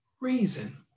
reason